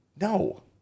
No